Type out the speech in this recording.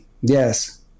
Yes